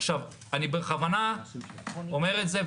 עכשיו אני בכוונה אומר את זה,